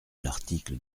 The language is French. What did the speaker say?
l’article